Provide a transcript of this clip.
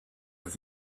with